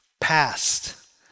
past